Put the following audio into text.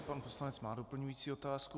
Pan poslanec má doplňující otázku.